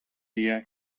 dia